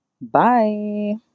Bye